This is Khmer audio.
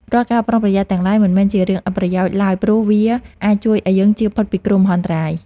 រាល់ការប្រុងប្រយ័ត្នទាំងឡាយមិនមែនជារឿងឥតប្រយោជន៍ឡើយព្រោះវាអាចជួយឱ្យយើងចៀសផុតពីគ្រោះមហន្តរាយ។